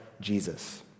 Jesus